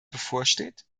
bevorsteht